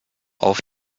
auf